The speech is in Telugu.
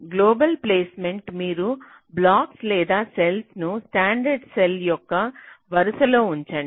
గ్లోబల్ ప్లేస్మెంట్ మీరు బ్లాక్స్ లేదా సెల్స్ ను స్టాండర్డ్ సెల్ యొక్క వరుసలలో ఉంచండి